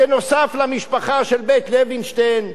נוסף על המשפחה של "בית לווינשטיין",